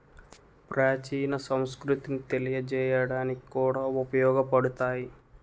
ప్రాచీన సంస్కృతిని తెలియజేయడానికి కూడా ఉపయోగపడతాయి